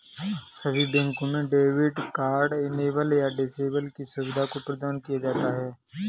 सभी बैंकों में डेबिट कार्ड इनेबल या डिसेबल की सुविधा को प्रदान किया जाता है